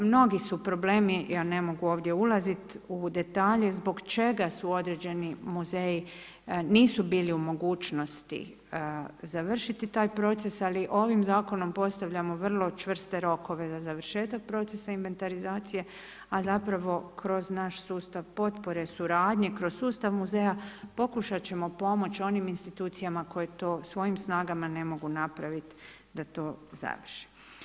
Mnogi su problemi, ja ne mogu ovdje ulazit u detalje, zbog čega su određeni muzeji nisu bili u mogućnosti završiti taj proces, ali ovim zakonom postavljamo vrlo čvrste rokove za završetak procesa inventarizacije, a zapravo kroz naš sustav potpore suradnje, kroz sustav muzeja, pokušat ćemo pomoć onim institucijama koje to svojim snagama ne mogu napravit da to završe.